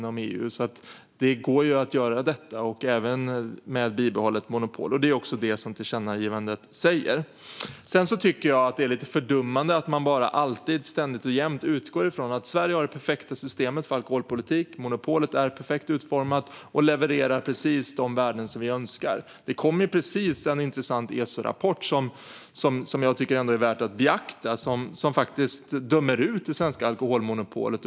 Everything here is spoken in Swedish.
Det går alltså att göra detta, även med ett bibehållet monopol. Det är också det som sägs i tillkännagivandet. Sedan tycker jag att det är lite fördummande att man ständigt och jämt utgår från att Sverige har det perfekta systemet för alkoholpolitik och att monopolet är perfekt utformat och levererar precis de värden som vi önskar. Det kom precis en intressant ESO-rapport som jag ändå tycker är värd att beakta och som faktiskt dömer ut det svenska alkoholmonopolet.